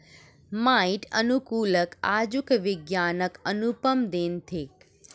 माइट अनुकूलक आजुक विज्ञानक अनुपम देन थिक